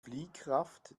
fliehkraft